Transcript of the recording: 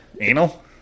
anal